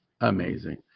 amazing